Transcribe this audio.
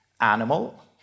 animal